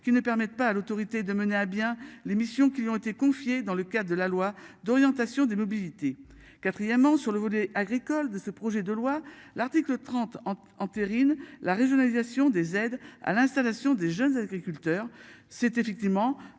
qui ne permettent pas à l'autorité de mener à bien les missions qui lui ont été confiées dans le cas de la loi d'orientation des mobilités quatrièmement sur le volet agricole de ce projet de loi, l'article 30 entérine. La régionalisation des aides à l'installation des jeunes agriculteurs. C'est effectivement